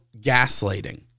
gaslighting